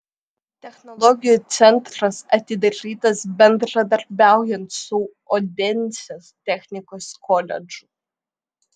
technologijų centras atidarytas bendradarbiaujant su odensės technikos koledžu